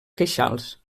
queixals